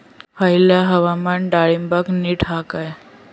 हयला हवामान डाळींबाक नीट हा काय?